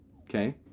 Okay